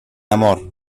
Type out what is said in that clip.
amor